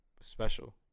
special